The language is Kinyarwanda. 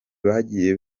bagiye